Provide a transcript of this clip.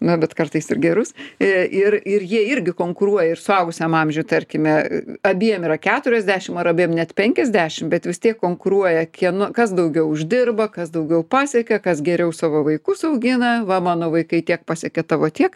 na bet kartais ir gerus ir ir jie irgi konkuruoja ir suaugusiam amžiuj tarkime abiem yra keturiasdešimt ar abiem net pnkiasdešimt bet vis tiek konkuruoja kieno kas daugiau uždirba kas daugiau pasiekė kas geriau savo vaikus augina va mano vaikai tiek pasiekė tavo tiek